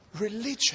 religion